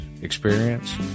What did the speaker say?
experience